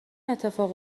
اتفاق